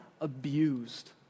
abused